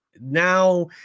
now